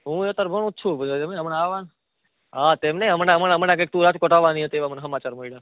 હું એ અતારે ભણુજ છું ભઇ હમણાં આવાના હા તેમ નઇ હમણાં હમણાં હમણાં તું કાઈક રાજકોટ આવાની હતી એવા મને હમાચાર મયળ્યા